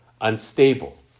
unstable